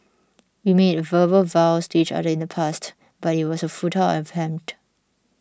we made verbal vows to each other in the past but it was a futile attempt